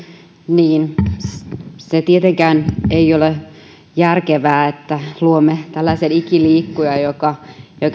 niin se tietenkään ei ole järkevää että luomme tällaisen ikiliikkujan joka